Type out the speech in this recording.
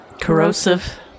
Corrosive